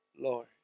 Lord